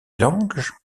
lange